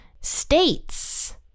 states